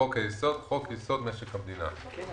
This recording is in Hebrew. "חוק היסוד" חוק־יסוד: משק המדינה‏ .